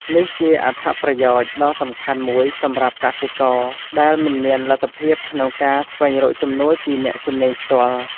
នេះជាអត្ថប្រយោជន៍ដ៏សំខាន់មួយសម្រាប់កសិករដែលមិនមានលទ្ធភាពក្នុងការស្វែងរកជំនួយពីអ្នកជំនាញផ្ទាល់។